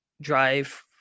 drive